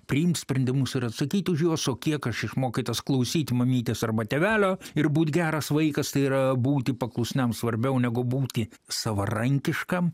priimt sprendimus ir atsakyt už juos o kiek aš išmokytas klausyt mamytės arba tėvelio ir būt geras vaikas tai yra būti paklusniam svarbiau negu būti savarankiškam